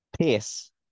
Pace